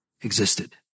existed